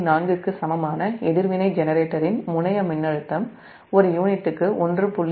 4 க்கு சமமான எதிர்வினை ஜெனரேட்டரின் முனைய மின்னழுத்தம் ஒரு யூனிட்டுக்கு 1